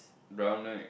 brown right